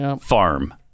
farm